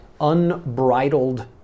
unbridled